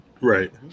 right